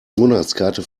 monatskarte